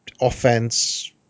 offense